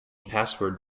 password